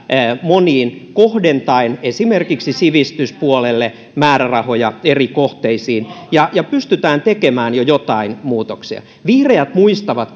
moniin kohdentaen määrärahoja esimerkiksi sivistyspuolelle eri kohteisiin ja ja pystytään tekemään jo jotain muutoksia vihreät muistavat